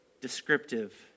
descriptive